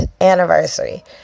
anniversary